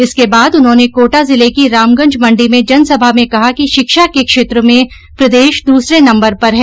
इसके बाद उन्होंने कोटा जिले की रामगंजमंडी में जन सभा में कहा कि शिक्षा के क्षेत्र में प्रदेश दूसरे नम्बर पर है